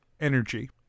energy